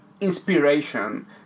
inspiration